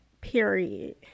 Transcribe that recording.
Period